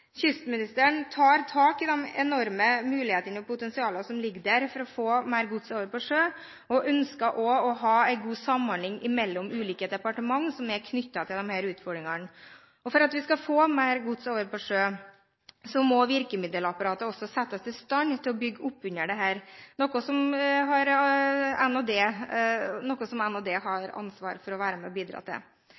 Kystministeren tar tak i de enorme mulighetene og potensialet som ligger der for å få mer gods over på sjø, og ønsker også å ha en god samhandling mellom ulike departement som er knyttet til disse utfordringene. For at vi skal få mer gods over på sjø må virkemiddelapparatet også settes i stand til å bygge opp under dette, noe Nærings- og handelsdepartementet har ansvar for å være med og bidra til. Skal vi se mer helhetlig på framtidsrettede løsninger for lossing, må det gjøres i samarbeid med